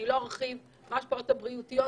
ולא ארחיב על כך,